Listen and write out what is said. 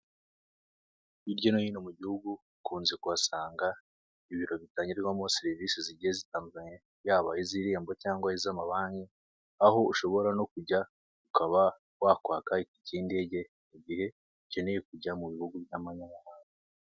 Hirya no hino mu gihugu ukunze kuhasanga ibiro bitangirwamo serivisi zigiye zitandukanye, yaba iz'irembo cyangwa iz'amabanki, aho ushobora no kujya ukaba wakwaka itike y'indege mu gihe ukeneye kujya mu bihugu bya manyamahanga.